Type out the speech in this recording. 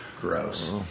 gross